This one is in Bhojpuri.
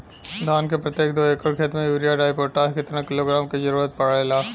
धान के प्रत्येक दो एकड़ खेत मे यूरिया डाईपोटाष कितना किलोग्राम क जरूरत पड़ेला?